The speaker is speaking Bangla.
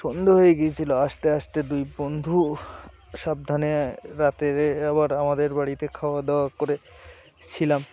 সন্ধে হয়ে গিয়েছিলো আস্তে আস্তে দুই বন্ধু সাবধানে রাতেরে আবার আমাদের বাড়িতে খাওয়া দাওয়া করে ছিলাম